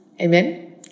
Amen